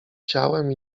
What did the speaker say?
ciałem